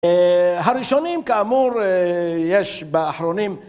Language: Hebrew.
הראשונים, כאמור, יש באחרונים.